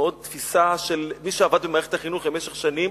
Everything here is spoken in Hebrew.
תפיסה של מי שעבד במערכת החינוך במשך שנים